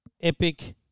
epic